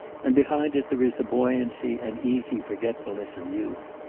and behind it there is the buoyancy and easy forgetfulness of youth.